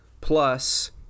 plus